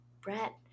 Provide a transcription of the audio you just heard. Brett